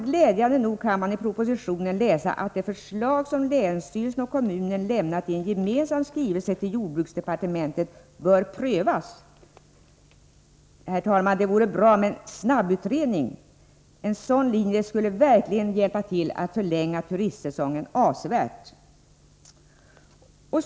Glädjande nog kan man i propositionen läsa att det förslag som länsstyrelsen och kommunen lämnat i en gemensam skrivelse till jordbruksdepartementet bör prövas. Det vore bra om man snarast kunde utreda den frågan. Om vi hade direktförbindelse med Stockholm skulle nämligen turistsäsongen kunna förlängas avsevärt.